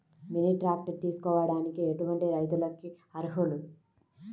Mini tractor తీసుకోవడానికి ఎటువంటి రైతులకి అర్హులు?